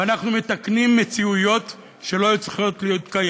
ואנחנו מתקנים מציאויות שלא היו צריכות להתקיים.